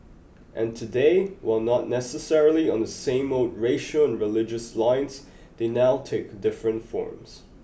and today while not necessarily on the same old racial and religious lines they now take different forms